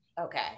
Okay